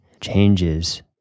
changes